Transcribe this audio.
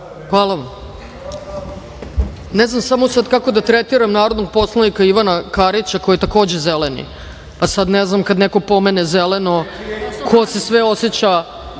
Hvala vam. Ne znam samo kako da sada tretiram narodnog poslanika Ivana Karića, koji je takođe „zeleni“, pa sada ne znam kada neko pomene – zeleno, ko se sve oseća